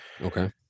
Okay